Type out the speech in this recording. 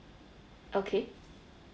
okay